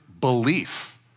belief